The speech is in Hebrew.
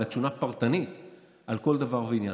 אלא תשובה פרטנית על כל דבר ועניין.